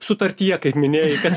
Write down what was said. sutartyje kaip minėjai kad